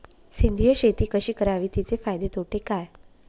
सेंद्रिय शेती कशी करावी? तिचे फायदे तोटे काय?